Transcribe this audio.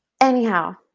anyhow